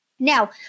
Now